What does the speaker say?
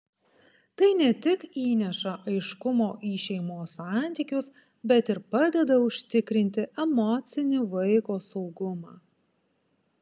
tai ne tik įneša aiškumo į šeimos santykius bet ir padeda užtikrinti emocinį vaiko saugumą